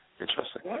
Interesting